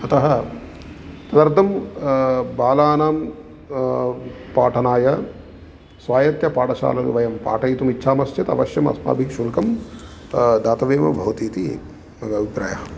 अतः तदर्थं बालानां पाठनाय स्वायत्त पाठशालासु वयं पाठयितुमिच्छामः चेत् अवश्यमस्माभिः शुल्कं दातव्यमेव भवतीति मम अभिप्रायः